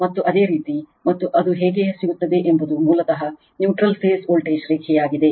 ಮತ್ತು ಅದು ಹೇಗೆ ಸಿಗುತ್ತದೆ ಎಂಬುದು ಮೂಲತಃ ನ್ಯೂಟ್ರಲ್ ಫೇಸ್ ವೋಲ್ಟೇಜ್ ರೇಖೆಯಾಗಿದೆ